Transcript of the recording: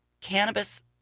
Cannabis